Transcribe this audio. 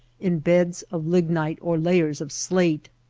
in beds of lignite or layers of slate.